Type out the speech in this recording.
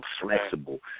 flexible